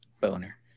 Boner